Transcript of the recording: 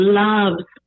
loves